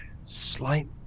slight